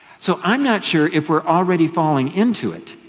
so i'm not sure if we're already falling into it,